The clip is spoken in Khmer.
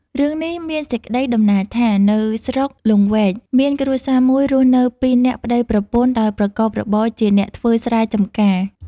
រឿងនេះមានសេចក្ដីតំណាលថា នៅស្រុកលង្វែក មានគ្រួសារមួយរស់នៅពីរនាក់ប្ដីប្រពន្ធដោយប្រកបរបរជាអ្នកធ្វើស្រែចម្ការ ។